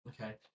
Okay